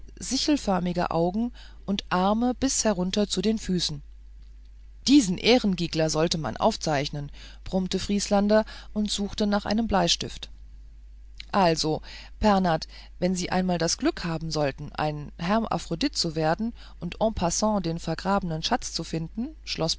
sichelförmige augen und arme bis herunter zu den füßen dieses ehrengigerl sollte man aufzeichnen brummte vrieslander und suchte nach einem bleistift also pernath wenn sie einmal das glück haben sollten ein hermaphrodit zu werden und en passant den vergrabenen schatz zu finden schloß